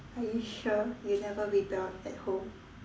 are you sure you never rebelled at home